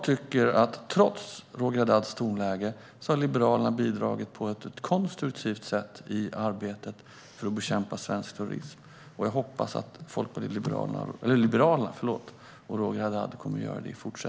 Trots Roger Haddads tonläge tycker jag att Liberalerna har bidragit på ett konstruktivt sätt i arbetet med att bekämpa svensk terrorism, och jag hoppas att Liberalerna och Roger Haddad även fortsättningsvis kommer att göra det.